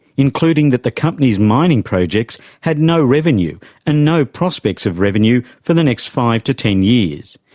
including that the company's mining projects has no revenue and no prospects of revenue for the next five to ten years.